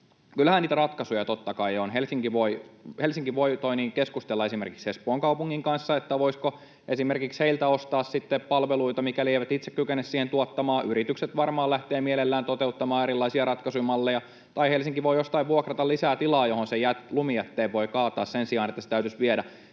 Kyllähän niitä ratkaisuja totta kai on. Helsinki voi keskustella esimerkiksi Espoon kaupungin kanssa siitä, voisiko heiltä esimerkiksi ostaa sitten palveluita, mikäli eivät itse kykene niitä tuottamaan. Yritykset varmaan lähtevät mielellään toteuttamaan erilaisia ratkaisumalleja, tai Helsinki voi jostain vuokrata lisää tilaa, johon lumijätteen voi kaataa sen sijaan, että se täytyisi viedä